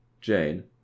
Jane